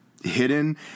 hidden